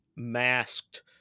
masked